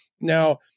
Now